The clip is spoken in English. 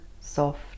Soft